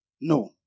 No